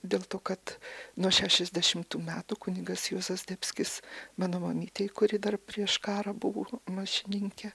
dėl to kad nuo šešiasdešimtų metų kunigas juozas zdebskis mano mamytei kuri dar prieš karą buvo mašininkė